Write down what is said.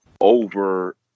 over